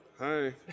Hi